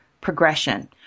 progression